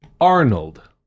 Arnold